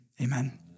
amen